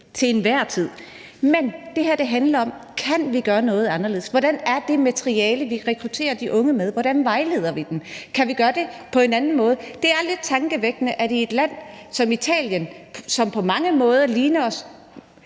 til enhver tid. Men det her handler om, om vi kan gøre noget anderledes. Hvordan er det materiale, vi rekrutterer de unge med? Hvordan vejleder vi dem? Kan vi gøre det på en anden måde? Det er lidt tankevækkende, at der i et land som Italien, som på mange måder ligner os,